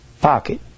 pocket